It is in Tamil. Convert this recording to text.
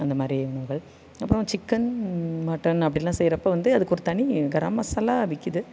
அந்த மாதிரி உணவுகள் அப்புறம் சிக்கன் மட்டன் அப்படின்லாம் செய்கிறப்ப வந்து அதுக்கு ஒரு தனி கரா மசாலா விற்கிது